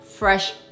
fresh